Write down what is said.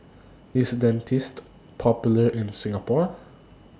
IS Dentiste Popular in Singapore